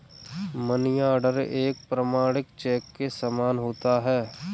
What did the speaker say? money order एक प्रमाणिक cheque के समान होता है